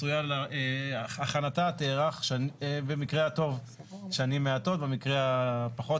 הכנתה תארך במקרה הטוב שנים מועטות ובמקרה הפחות